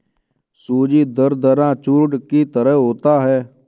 सूजी दरदरा चूर्ण की तरह होता है